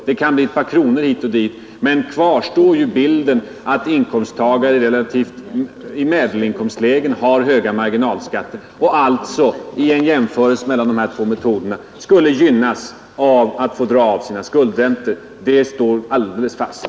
Det kan bli ett par kronor hit eller dit, men kvar står bilden av inkomsttagare i medelinkomstlägen med höga marginalskatter och som alltså vid en jämförelse mellan de båda metoderna skulle gynnas av att få dra av skuldräntorna. Detta står alldeles fast.